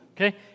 Okay